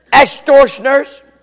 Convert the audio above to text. extortioners